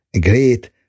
great